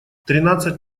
тринадцать